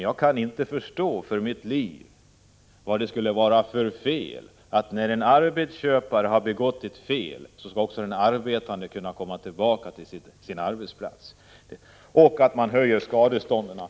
Jag kan inte för mitt liv förstå varför det skulle vara oriktigt, om en arbetsköpare har begått ett fel, att den arbetande kan gå tillbaka till sin arbetsplats. Skadestånden bör också höjas.